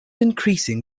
increasing